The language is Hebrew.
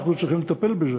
אנחנו צריכים לטפל בזה.